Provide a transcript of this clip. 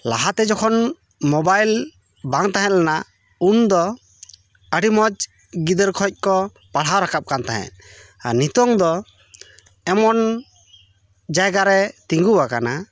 ᱞᱟᱦᱟᱛᱮ ᱡᱚᱠᱷᱚᱱ ᱢᱚᱵᱟᱭᱤᱞ ᱵᱟᱝ ᱛᱟᱦᱮᱸ ᱞᱮᱱᱟ ᱩᱱ ᱫᱚ ᱟ ᱰᱤ ᱢᱚᱸᱡᱽ ᱜᱤᱫᱟᱹᱨ ᱠᱷᱚᱡ ᱠᱚ ᱯᱟᱲᱦᱟᱣ ᱨᱟᱠᱟᱵ ᱠᱟᱱ ᱛᱟᱦᱮᱸᱫ ᱟᱨ ᱱᱤᱛᱳᱝ ᱫᱚ ᱮᱢᱚᱱ ᱡᱟᱭᱜᱟ ᱨᱮ ᱛᱤᱸᱜᱩᱣᱟᱠᱟᱱᱟ